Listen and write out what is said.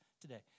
today